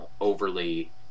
overly